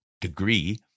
degree